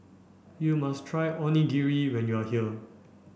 you must try Onigiri when you are here